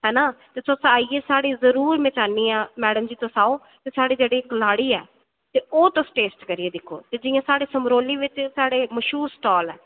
ते तुस साढ़े इत्थें जरूर आह्नियै तुस साढ़ी कलाड़ी जरूर ओह् तुस टेस्ट करियै दिक्खो ते साढ़े समरोली बिच साढ़े मशहूर स्टॉल ऐ